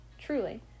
truly